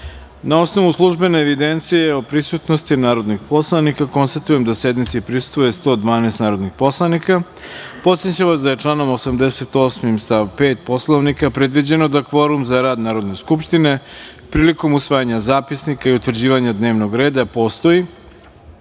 osnovu službene evidencije o prisutnosti narodnih poslanika, konstatujem da sednici prisustvuje 112 narodnih poslanika. Podsećam vas da je članom 88. stav 5. Poslovnika predviđeno da kvorum za rad Narodne skupštine prilikom usvajanja zapisnika i utvrđivanja dnevnog reda postoji